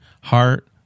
heart